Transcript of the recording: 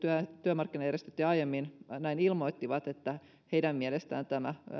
työmarkkinajärjestöt jo aiemmin ilmoittivat että heidän mielestään tämä